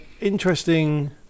interesting